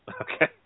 okay